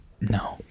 No